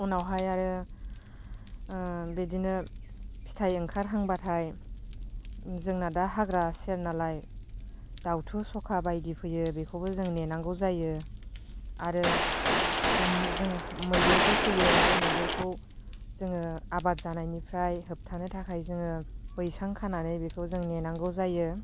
उनावहाय आरो बिदिनो फिथाइ ओंखारहांब्लाथाय जोंना दा हाग्रा सेरनालाय दाउथु सखा बायदि फैयो बेखौबो जों नेनांगौ जायो आरो जों मैदेरबो फैयो बे मैदेरखौ जोङो आबाद जानायनिफ्राय होबथानो थाखाय जोङो बैसां खानानै बेखौ जों नेनांगौ जायो